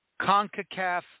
CONCACAF